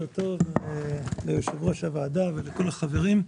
בוקר טוב ליושב-ראש הוועדה ולכל החברים.